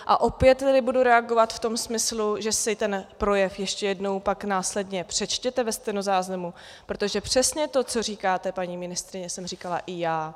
A opět tedy budu reagovat v tom smyslu, že si ten projev ještě jednou pak následně přečtěte ve stenozáznamu, protože přesně to, co říkáte, paní ministryně, jsem říkala i já.